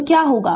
तो क्या होगा